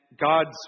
God's